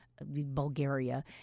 Bulgaria